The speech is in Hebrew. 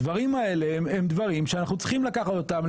הדברים האלה הם דברים שאנחנו צריכים לקחת אותם,